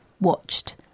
watched